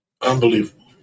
Unbelievable